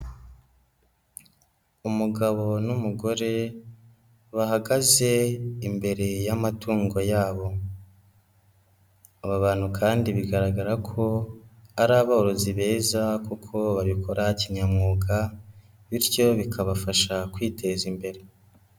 Umugabo n'umugore bahagaze imbere y'amatungo yabo, aba bantu kandi bigaragara ko ari aborozi beza kuko babikora kinyamwuga bityo bikabafasha kwiteza imbere.